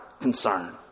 concern